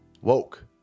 Woke